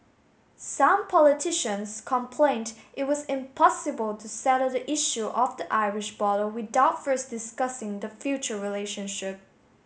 some politicians complained it was impossible to settle the issue of the Irish border without first discussing the future relationship